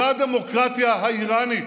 זאת הדמוקרטיה האיראנית.